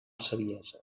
saviesa